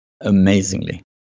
amazingly